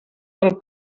del